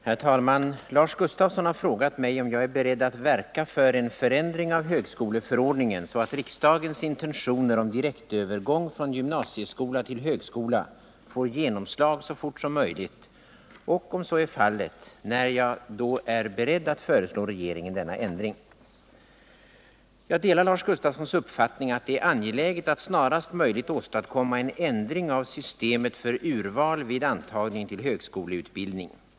Herr talman! Lars Gustafsson har frågat mig om jag är beredd att verka för en förändring av högskoleförordningen så att riksdagens intentioner om direktövergång från gymnasieskola till högskola får genomslag så fort som möjligt och, om så är fallet, när jag är beredd att föreslå regeringen denna ändring. Jag delar Lars Gustafssons uppfattning att det är angeläget att snarast möjligt åstadkomma en ändring av systemet för urval vid antagning till högskoleutbildning.